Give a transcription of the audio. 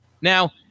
Now